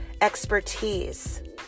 expertise